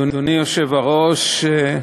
אדוני היושב-ראש,